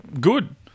good